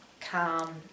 calm